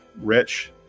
rich